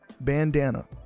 Bandana